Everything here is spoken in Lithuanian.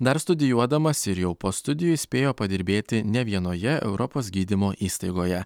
dar studijuodamas ir jau po studijų spėjo padirbėti ne vienoje europos gydymo įstaigoje